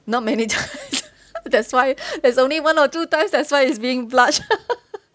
not many times that's why there's only one or two times that's why it's bring blush